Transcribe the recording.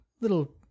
little